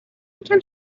یکم